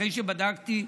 אחרי שבדקתי,